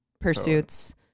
pursuits